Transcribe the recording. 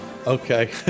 Okay